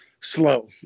slow